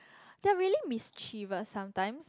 they're really mischievous sometimes